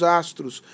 astros